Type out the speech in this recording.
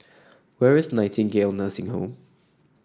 where is Nightingale Nursing Home